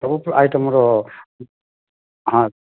ସବୁ ଆଇଟମ୍ର ହଁ